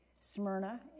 Smyrna